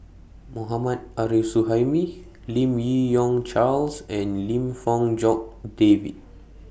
Mohammad Arif Suhaimi Lim Yi Yong Charles and Lim Fong Jock David